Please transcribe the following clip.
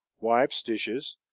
wipes dishes,